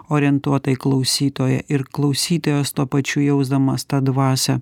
orientuotą į klausytoją ir klausytojas tuo pačiu jausdamas tą dvasią